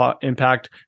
impact